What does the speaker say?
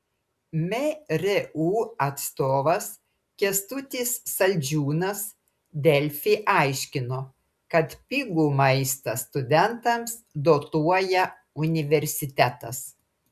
mru atstovas kęstutis saldžiūnas delfi aiškino kad pigų maistą studentams dotuoja universitetas